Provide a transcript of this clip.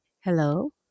Hello